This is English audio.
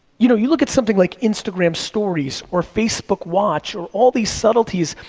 you know, you look at something like instagram stories or facebook watch or all these subtleties,